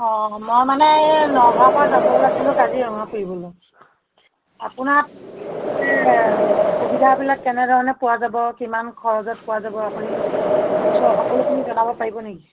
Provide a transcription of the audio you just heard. অঁ মই মানে এই নগাঁৱৰ পৰা যাব ওলাইছিলোঁ কাজিৰঙা ফুৰিবলৈ আপোনাক সুবিধাবিলাক কেনেধৰণে পোৱা যাব কিমান খৰচত পোৱা যাব আপুনি সকলোখিনি জনাব পাৰিব নেকি